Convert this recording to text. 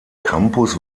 campus